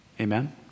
Amen